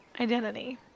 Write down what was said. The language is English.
identity